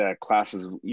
classes